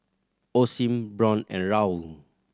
Osim Braun and Raoul